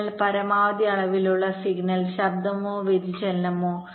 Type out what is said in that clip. അതിനാൽ പരമാവധി അളവിലുള്ള സിഗ്നൽ ശബ്ദമോ വ്യതിചലനമോ